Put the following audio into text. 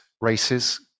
races